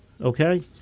okay